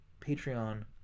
Patreon